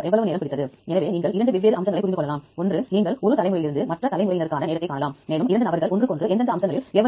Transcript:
அவை தொடங்கும் புல பெயரை குறிப்பிடுகின்றன எனவே பி ஏ என்பது